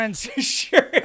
sure